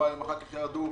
שבועיים ואחר-כך ירדו.